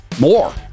More